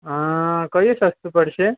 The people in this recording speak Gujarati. કયું સસ્તું પડશે